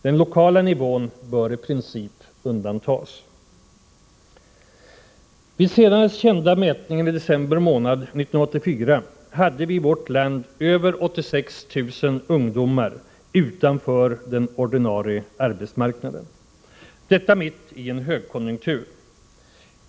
Den lokala nivån bör i princip undantas. Enligt den senast redovisade mätningen hade vi i vårt land i december månad 1984 över 86 000 ungdomar utanför den ordinarie arbetsmarknaden, och detta mitt i en högkonjunktur.